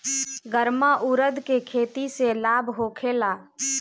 गर्मा उरद के खेती से लाभ होखे ला?